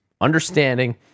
understanding